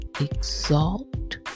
exalt